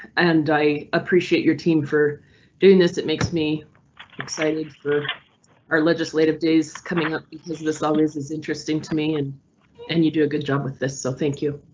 and i appreciate your team for doing this. it makes me excited for our legislative days coming up because this always is interesting to me and and you do a good job with this. so thank you.